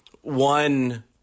one